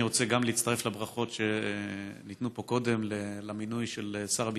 גם אני רוצה להצטרף לברכות שניתנו פה קודם על המינוי של שר הביטחון,